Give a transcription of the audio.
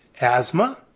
asthma